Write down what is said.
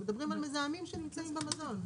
מדברים על מזהמים שנמצאים במזון.